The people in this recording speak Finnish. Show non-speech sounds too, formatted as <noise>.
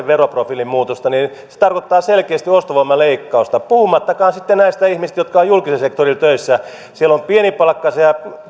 <unintelligible> veroprofiilin muutosta niin se tarkoittaa selkeästi ostovoiman leikkausta puhumattakaan sitten näistä ihmisistä jotka ovat julkisella sektorilla töissä siellä on pienipalkkaisia ja